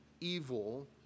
evil